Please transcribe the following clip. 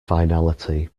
finality